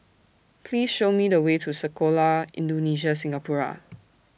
Please Show Me The Way to Sekolah Indonesia Singapura